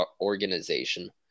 organization